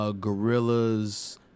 Gorillas